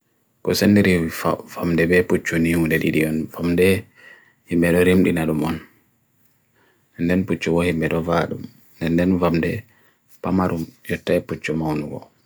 Potaaji e hore ngurɗi ɗe: wadi ɗum njiyiiɗi, ɗe njiyori.